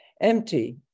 Empty